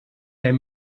der